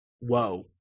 whoa